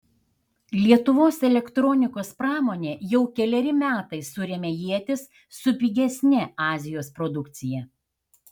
lietuvos elektronikos pramonė jau keleri metai suremia ietis su pigesne azijos produkcija